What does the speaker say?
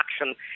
action